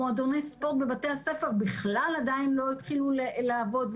מועדוני ספורט בבתי הספר בכלל עדיין לא התחילו לעבוד.